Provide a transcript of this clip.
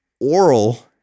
oral